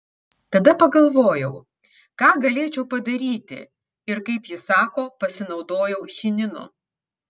tada pagalvojau ką galėčiau padaryti ir kaip ji sako pasinaudojau chininu